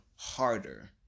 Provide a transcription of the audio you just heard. harder